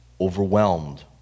overwhelmed